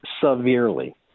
severely